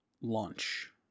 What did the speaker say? launch